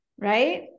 Right